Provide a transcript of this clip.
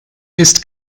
ist